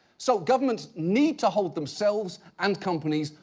so, governments need to hold themselves, and companies,